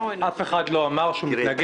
אף אחד לא אמר שהוא מתנגד.